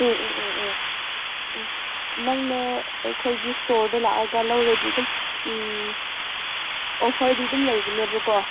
ꯎꯝ ꯎꯝ ꯎꯝ ꯎꯝ ꯎꯝ ꯅꯪꯅ ꯑꯩꯈꯣꯏꯒꯤ ꯏꯁꯇꯣꯔꯗ ꯂꯥꯛꯑꯒ ꯂꯧꯔꯗꯤ ꯑꯗꯨꯝ ꯎꯝ ꯑꯣꯐꯔꯗꯤ ꯑꯗꯨꯝ ꯂꯩꯒꯅꯦꯕꯀꯣ